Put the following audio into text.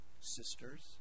sisters